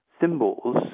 symbols